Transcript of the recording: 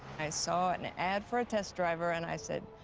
i saw an ad for a test driver, and i said,